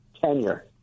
tenure